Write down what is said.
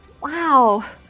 Wow